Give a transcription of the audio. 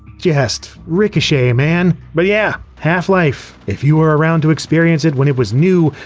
just, ricochet, man. but yeah, half-life if you were around to experience it when it was new,